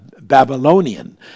Babylonian